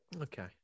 Okay